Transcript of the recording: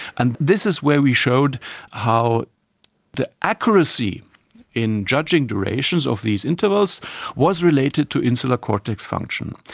and this is where we showed how the accuracy in judging durations of these intervals was related to insular cortex function.